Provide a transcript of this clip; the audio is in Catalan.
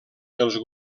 els